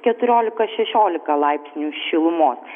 keturiolika šešiolika laipsnių šilumos